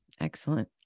Excellent